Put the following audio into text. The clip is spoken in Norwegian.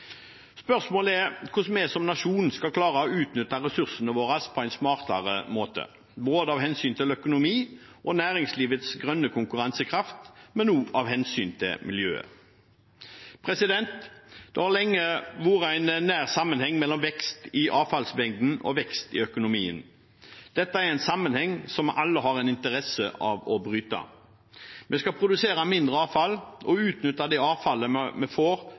Spørsmålet er hvordan vi som nasjon skal klare å utnytte ressursene våre på en smartere måte, både av hensyn til økonomi og næringslivets grønne konkurransekraft og også av hensyn til miljøet. Det har lenge vært en nær sammenheng mellom vekst i avfallsmengden og vekst i økonomien. Dette er en sammenheng som alle har en interesse av å bryte. Vi skal produsere mindre avfall og utnytte det avfallet